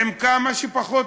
1,000 שקל.